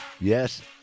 Yes